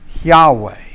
Yahweh